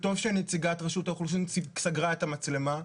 וטוב שנציגת רשות האוכלוסין סגרה את המצלמה.